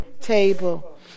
table